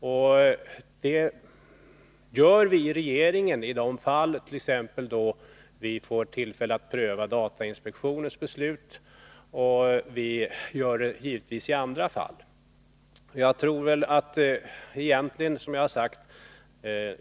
Det gör vi också inom regeringen, exempelvis vid de tillfällen då vi har att pröva datainspektionens beslut och givetvis också i andra fall.